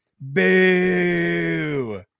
boo